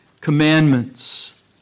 commandments